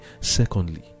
secondly